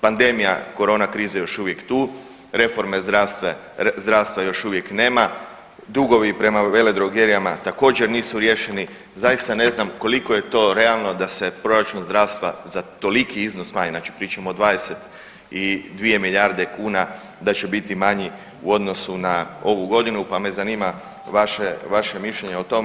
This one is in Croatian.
Pandemija korona krize je još uvijek tu, reforme zdravstva još uvijek nema, dugovi prema veledrogerijama također nisu riješeni, zaista ne znam koliko je to realno da se Proračun zdravstva za toliki iznos smanji, znači pričamo o 22 milijarde kuna da će biti manji u odnosu na ovu godinu pa me zanima vaše vaše mišljenje o tome.